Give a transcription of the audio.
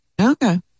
okay